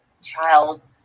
child